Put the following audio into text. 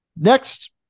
next